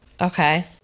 Okay